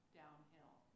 downhill